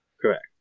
correct